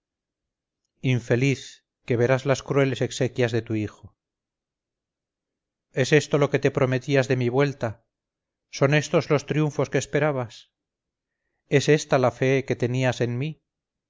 infeliz que verás las crueles exequias de tu hijo es esto lo que te prometías de mi vuelta son estos los triunfos que esperabas es esta la gran fe que tenías en mi